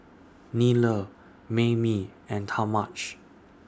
Nile Maymie and Talmage